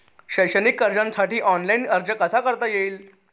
शैक्षणिक कर्जासाठी ऑनलाईन अर्ज कसा करता येईल?